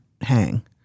hang